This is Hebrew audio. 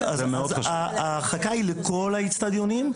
ההרחקה היא לכל האצטדיונים,